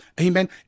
Amen